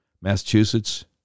Massachusetts